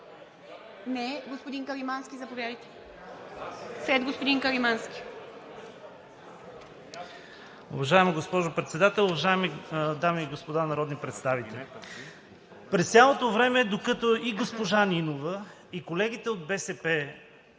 Не. Господин Каримански, заповядайте. ЛЮБОМИР КАРИМАНСКИ (ИТН): Уважаема госпожо Председател, уважаеми дами и господа народни представители! През цялото време, докато и госпожа Нинова, и колегите от „БСП